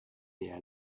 their